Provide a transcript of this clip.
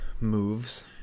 moves